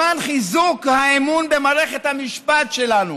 למען חיזוק האמון במערכת המשפט שלנו